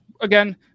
again